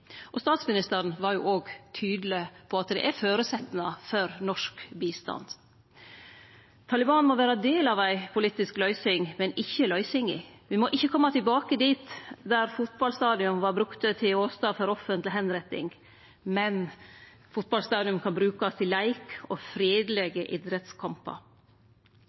Og statsministeren var òg tydeleg på at det er føresetnader for norsk bistand. Taliban må vere ein del av ei politisk løysing, men ikkje løysinga. Me må ikkje kome tilbake dit der fotballstadion vart brukte til åstad for offentlege avrettingar. Men fotballstadion kan brukast til leik og